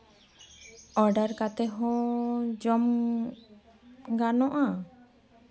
order ᱠᱟᱛᱮ ᱦᱚᱸ ᱡᱚᱢ ᱜᱟᱱᱚᱜᱼᱟ